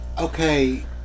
Okay